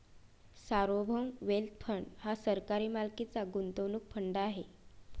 सार्वभौम wealth fund हा सरकारी मालकीचा गुंतवणूक फंड आहे